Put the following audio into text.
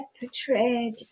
portrayed